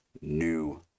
New